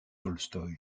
tolstoï